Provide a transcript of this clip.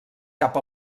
cap